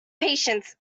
patience